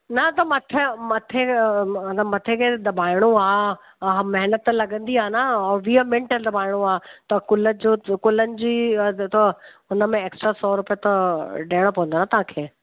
न त मथे मथे त मथे खे त दॿाइणो आहे त महिनतु लॻंदी आहे न अऊं वीह मिंट दॿाइणो आहे त कुल जो कुलनि जी त हुन में एक्स्ट्रा सौ रुपए त ॾियणो पवंदो न तव्हांखे